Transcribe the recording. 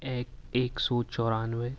ایک ایک سو چورانوے